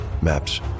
maps